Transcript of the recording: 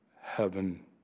heaven